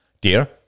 Dear